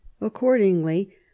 Accordingly